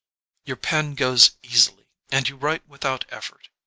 your pen goes easily and you write without effort.